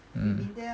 mm